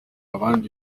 abandi